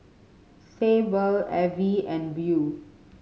Sable Avie and Beau